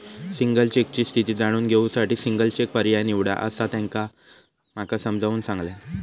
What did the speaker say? single चेकची स्थिती जाणून घेऊ साठी सिंगल चेक पर्याय निवडा, असा त्यांना माका समजाऊन सांगल्यान